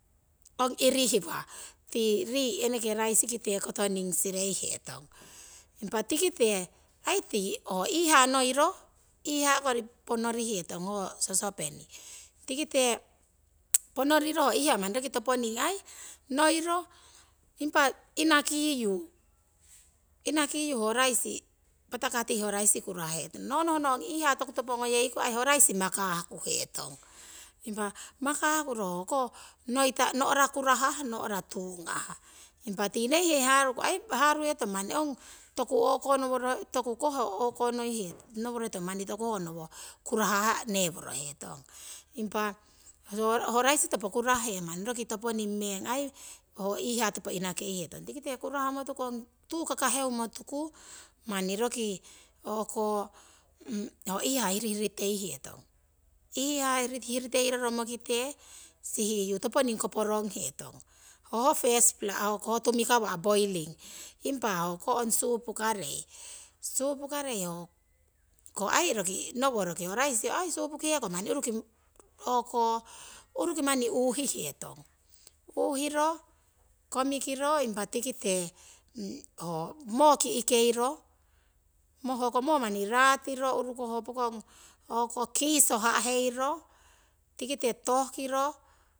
Ong irihwa eneke ti rii' raisi kite kotoning sireihetong. Impa tikite ai ti ho iihaa ngoiro, iihaa kori ponorihetong ho sosopeni, tikite ponoriro ho iihaa ai manni. roki topo ai ngoiro impa inakiyu patakah impa kurah hetono. Nonohno ho iihaa toku topo ngoyeiku ai ho raisi makaah kuhetong impa makaahkuro hoko noita no'ra kuraha. nora tungah. Impa ti neihe haruhetong manni toku koiso hokonoworo hetong. Impa ho raisi toponing meng kurah he roki ho iihaa toponing inakei hetong, tikite kurahmo. ong tuu kakaheumo tuku manni roki hoko iihaa hirihiriteihetong, iihaa hiriteiro romokite sihiyu toponing koporong hetong hoho tumikawa' ho poiring ngawarei, impa hoko ong supukarei, supukarei ko ai roki nowo roki ho raisi ai supukihe manni uruki huhetong, uuhiro komikiro impa tikite ho. mo ki'keiro hoko mo manni urukoh raatiro ho kiiso ha'heiro tikite tohtiro